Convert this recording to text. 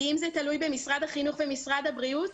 אם זה תלוי במשרד החינוך ובמשרד הבריאות,